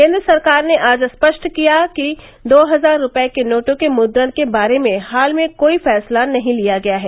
केन्द्र सरकार ने आज स्पष्ट किया कि दो हजार रूपए के नोटों के मुद्रण के बारे में हाल में कोई फैसला नहीं लिया गया है